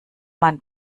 man